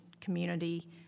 community